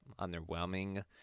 underwhelming